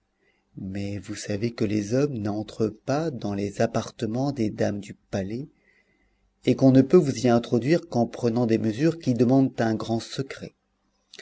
mais vous savez que les hommes n'entrent pas dans les appartements des dames du palais et qu'on ne peut vous y introduire qu'en prenant des mesures qui demandent un grand secret